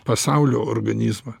pasaulio organizmą